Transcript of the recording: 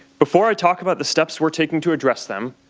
before i talk about the steps we are taking to address them,